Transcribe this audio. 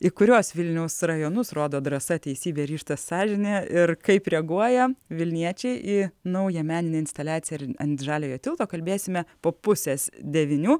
į kuriuos vilniaus rajonus rodo drąsa teisybė ryžtas sąžinė ir kaip reaguoja vilniečiai į naują meninę instaliaciją ant žaliojo tilto kalbėsime po pusės devynių